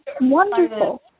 Wonderful